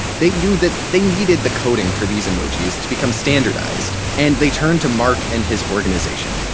they knew that they needed the coding for these emojis to become standardized, and they turned to mark and his organization,